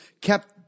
kept